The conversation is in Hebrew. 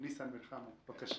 ניסן בן חמו, בבקשה.